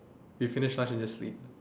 we finished lunch and just sleep